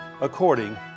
according